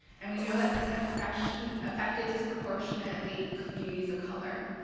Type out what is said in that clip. and we know that this has affected and affected disproportionately communities of color.